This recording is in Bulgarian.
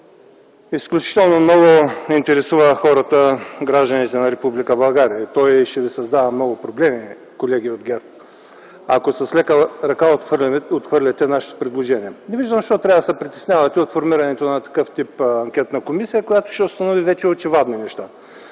изключително много интересува хората, гражданите на Република България и той ще ви създава много проблеми, колеги от ГЕРБ, ако с лека ръка отхвърляте нашите предложения. Не виждам защо трябва да се притеснявате от формирането на такъв тип анкетна комисия, която ще установи вече очевадни неща,